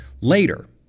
later